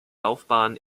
laufbahn